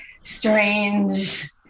strange